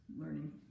learning